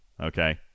Okay